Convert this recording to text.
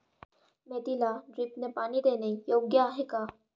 मेथीला ड्रिपने पाणी देणे योग्य आहे का?